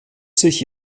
sich